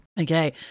Okay